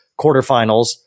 quarterfinals